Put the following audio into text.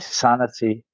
sanity